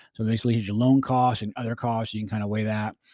so basically your loan costs and other costs, you can kind of weigh that.